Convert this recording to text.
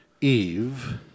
Eve